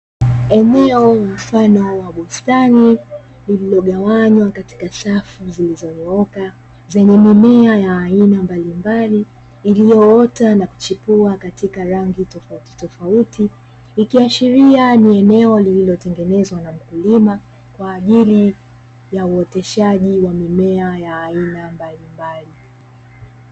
Eneo mfano wa bustani lililogawanywa katika safu zilizonyooka zenye mimea ya aina mbalimbali, iliyoota na kuchipua katika rangi tofautitofauti, ikiashiria ni eneo lililotengenezwa na mkulima kwa ajili ya uoteshaji wa mimea ya aina mbalimbali.